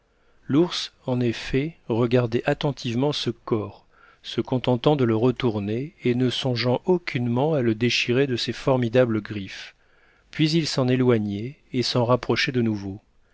l'ours en effet regardait attentivement ce corps se contentant de le retourner et ne songeant aucunement à le déchirer de ses formidables griffes puis il s'en éloignait et s'en rapprochait de nouveau